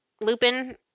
Lupin